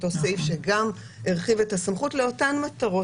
אותו סעיף שגם הרחיב את הסמכות לאותן מטרות